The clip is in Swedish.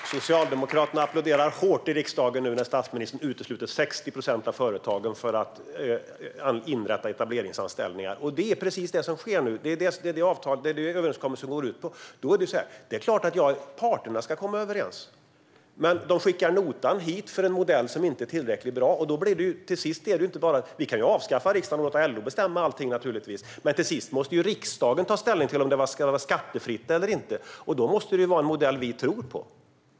Fru talman! Socialdemokraterna applåderar hårt i riksdagen nu när statsministern utesluter 60 procent av företagen för att inrätta etableringsanställningar. Det är precis det som sker nu. Det är det överenskommelsen går ut på. Det är klart att parterna ska komma överens. Men de skickar notan hit, för en modell som inte är tillräckligt bra. Vi skulle naturligtvis kunna avskaffa riksdagen och låta LO bestämma allting. Men till sist måste riksdagen ta ställning till om det ska vara skattefritt eller inte. Och då måste det vara en modell som vi tror på.